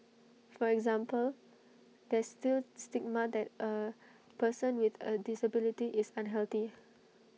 for example there's still stigma that A person with A disability is unhealthy